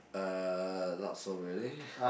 uh not so really